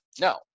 no